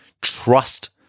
trust